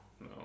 no